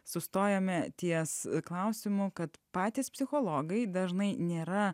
sustojome ties klausimu kad patys psichologai dažnai nėra